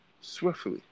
swiftly